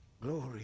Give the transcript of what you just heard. Glory